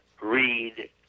read